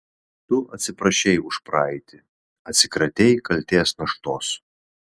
tu atsiprašei už praeitį atsikratei kaltės naštos